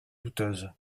douteuse